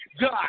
God